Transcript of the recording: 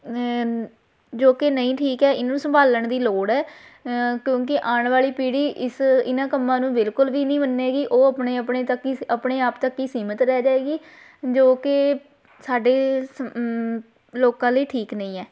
ਜੋ ਕਿ ਨਹੀਂ ਠੀਕ ਹੈ ਇਹਨੂੰ ਸੰਭਾਲਣ ਦੀ ਲੋੜ ਹੈ ਕਿਉਂਕਿ ਆਉਣ ਵਾਲੀ ਪੀੜੀ ਇਸ ਇਹਨਾਂ ਕੰਮਾਂ ਨੂੰ ਬਿਲਕੁਲ ਵੀ ਨਹੀਂ ਮੰਨੇਗੀ ਉਹ ਆਪਣੇ ਆਪਣੇ ਤੱਕ ਹੀ ਆਪਣੇ ਆਪ ਤੱਕ ਹੀ ਸੀਮਿਤ ਰਹਿ ਜਾਏਗੀ ਜੋ ਕਿ ਸਾਡੇ ਸ ਲੋਕਾਂ ਲਈ ਠੀਕ ਨਹੀਂ ਹੈ